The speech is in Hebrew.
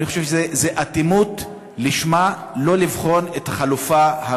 זאת אטימות לשמה לא לבחון את החלופה.